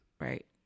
right